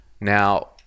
Now